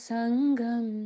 Sangam